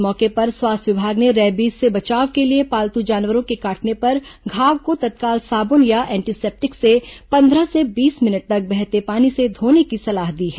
इस मौके पर स्वास्थ्य विभाग ने रेबीज से बचाव के लिए पालतू जानवरों के काटने पर घाव को तत्काल साबुन या एंटीसेप्टिक से पंद्रह से बीस मिनट तक बहते पानी से धोने की सलाह दी है